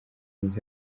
myiza